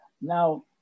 Now